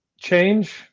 change